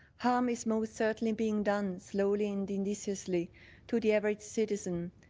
harm is most certainly being done slowly and insidiously to the average citizen.